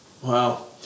Wow